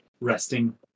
resting